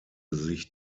sich